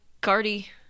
Cardi